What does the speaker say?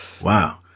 Wow